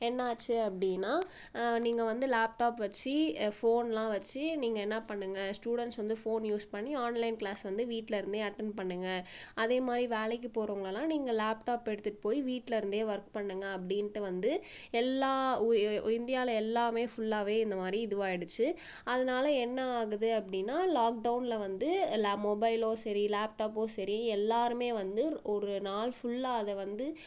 என்ன ஆச்சு அப்படின்னா நீங்கள் வந்து லேப்டாப் வச்சு ஃபோன்லாம் வச்சு நீங்கள் என்னா பண்ணுங்க ஸ்டூடண்ஸ் வந்து ஃபோன் யூஸ் பண்ணி ஆன்லைன் க்ளாஸ் வந்து வீட்டில் இருந்தே அட்டன் பண்ணுங்க அதேமாதிரி வேலைக்கு போகிறவங்களல்லாம் நீங்கள் லேப்டாப் எடுத்துகிட்டு போய் வீட்டில் இருந்தே ஒர்க் பண்ணுங்க அப்படின்ட்டு வந்து எல்லா உ உய இந்தியாவில் எல்லாமே ஃபுல்லாவே இந்தமாதிரி இதுவாயிடுச்சு அதனால என்ன ஆகுது அப்படின்னா லாக்டவுனில் வந்து ல மொபைலோ சரி லேப்டாப்போ சரி எல்லோருமே வந்து ஒரு நாள் ஃபுல்லாக அதை வந்து